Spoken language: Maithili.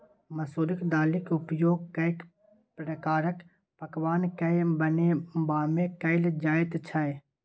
मसुरिक दालिक उपयोग कैक प्रकारक पकवान कए बनेबामे कएल जाइत छै